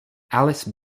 alice